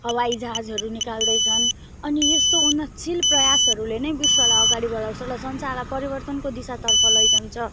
हवाइजहाजहरू निकाल्दैछन् अनि यस्तो उन्नतशील प्रयासहरूले नै विश्वलाई अगाडि बढाउँछ र संसारलाई परिवर्तनको दिशातर्फ लैजान्छ